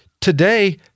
today